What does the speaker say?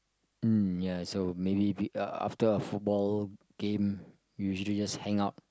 um ya so maybe uh after a football game we usually just hang out